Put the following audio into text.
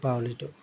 দীপাৱলীটো